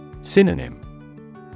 Synonym